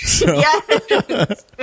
Yes